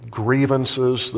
grievances